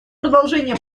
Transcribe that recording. продолжения